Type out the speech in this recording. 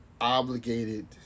obligated